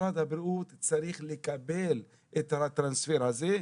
משרד הבריאות צריך לקבל את ההעברה הזאת,